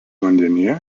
vandenyje